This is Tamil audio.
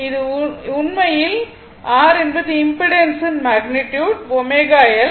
இது உண்மையில் r என்பது இம்பிடன்ஸின் மேக்னிட்யுட் ω L